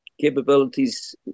capabilities